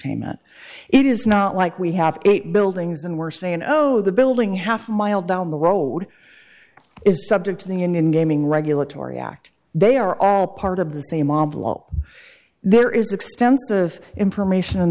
entertainment it is not like we have eight buildings and we're saying no the building half a mile down the road is subject to the indian gaming regulatory act they are all part of the same omphalos there is extensive information